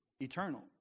Eternal